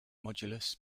modulus